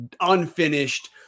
unfinished